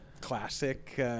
classic